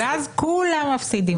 ואז כולם מפסידים.